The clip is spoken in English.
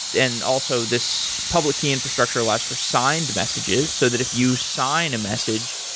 and also this public key infrastructure allows for signed messages, so that if you sign a message,